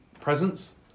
presence